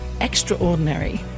extraordinary